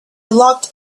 locked